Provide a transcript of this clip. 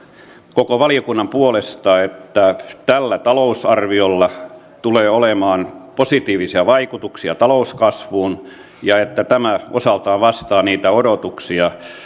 koko valiokunnan puolesta että tällä talousarviolla tulee olemaan positiivisia vaikutuksia talouskasvuun ja että tämä osaltaan vastaa niitä odotuksia